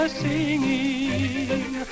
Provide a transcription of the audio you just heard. singing